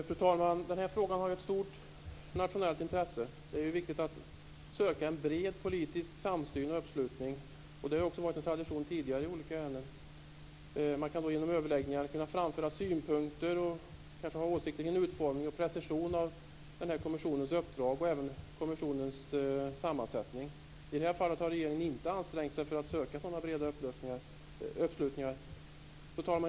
Fru talman! Den här frågan har ett stort nationellt intresse. Det är viktigt att söka en bred politisk samsyn och uppslutning. Det har också varit en tradition tidigare i olika ärenden. Man kan i överläggningar framföra synpunkter och kanske ha åsikter om utformning och precision av kommissionens uppdrag och även kommissionens sammansättning. I det här fallet har regeringen inte ansträngt sig för att söka en sådan bred uppslutning. Fru talman!